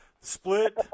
split